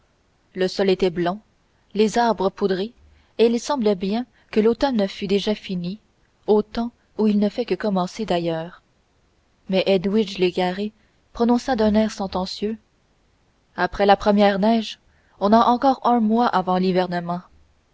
le sol était blanc les arbres poudrés et il semblait bien que l'automne fût déjà fini au temps où il ne fait que commencer ailleurs mais edwige légaré prononça d'un air sentencieux après la première neige on a encore un mois avant